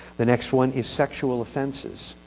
the next one is sexual offenses.